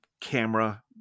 camera